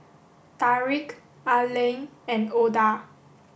Tarik Aline and Oda